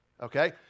okay